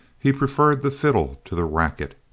he preferred the fiddle to the racquet,